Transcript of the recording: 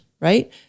right